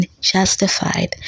justified